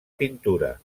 pintura